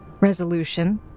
resolution